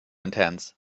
intense